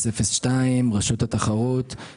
001 30: משרד העלייה והקליטה.